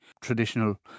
traditional